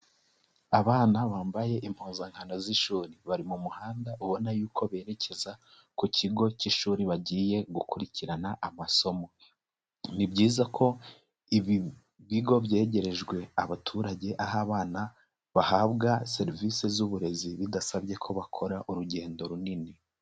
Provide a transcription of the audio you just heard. Abana bambaye impuzankanda z'ishuri. Bari mu muhanda ubona yuko berekeza ku kigo k'ishuri bagiye gukurikirana amasomo. Ni byiza ko ibi bigo byegerejwe abaturage aho abana bahabwa serivisi z'uburezi bidasabye ko bakora urugendo runini.